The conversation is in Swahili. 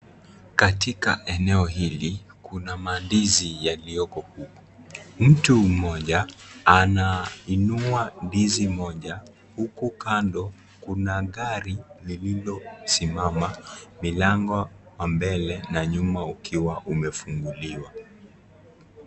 Katika eneo hili, kuna mandizi yaliyoko huku, mtu mmoja anainua ndizi moja, huku kando kuna gari lililo simama, milango wa mbele na nyuma ukiwa umefunguliwa.